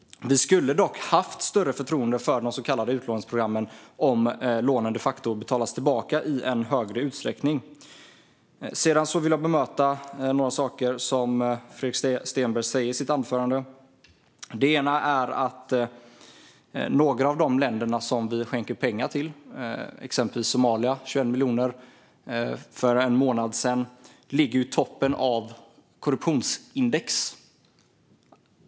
Vi skulle dock ha haft större förtroende för de så kallade utlåningsprogrammen om lånen de facto betalades tillbaka i större utsträckning. Sedan vill jag bemöta ett par saker som Fredrik Stenberg sa i sitt anförande. Några av de länder som vi skänker pengar till, exempelvis Somalia - 21 miljoner för en månad sedan - ligger i toppen av korruptionsindex.